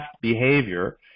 behavior